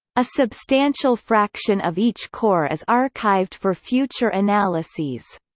a substantial fraction of each core is archived for future analyses.